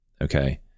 okay